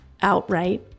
outright